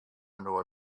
inoar